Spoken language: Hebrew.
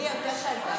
אני יותר חזק.